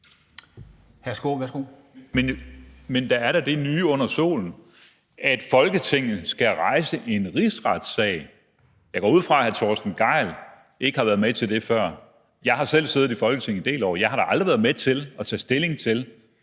Men der er da det nye under solen, at Folketinget skal rejse en rigsretssag. Jeg går ud fra, at hr. Torsten Gejl ikke har været med til det før. Jeg har selv siddet i Folketinget en del år. Jeg har da aldrig været med til at tage stilling til,